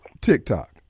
TikTok